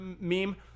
meme